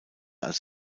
als